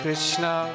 Krishna